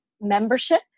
membership